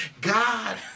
God